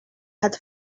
had